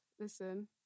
Listen